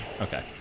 Okay